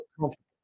comfortable